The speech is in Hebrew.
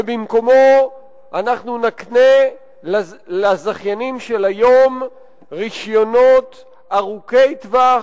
ובמקומו אנחנו נקנה לזכיינים של היום רשיונות ארוכי טווח,